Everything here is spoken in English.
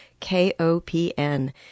KOPN